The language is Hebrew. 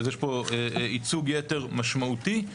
אז יש פה ייצוג יתר משמעותי.